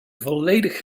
volledig